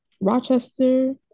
Rochester